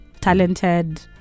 talented